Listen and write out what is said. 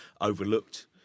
overlooked